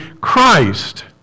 Christ